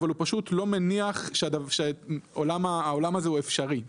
אבל הוא לא מניח שהעולם הזה הוא אפשרי.